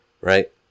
right